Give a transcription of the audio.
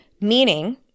meaning